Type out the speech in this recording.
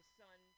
son